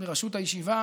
בראשות הישיבה